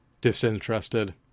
disinterested